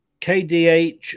KDH